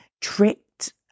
tricked